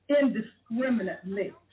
indiscriminately